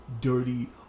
dirty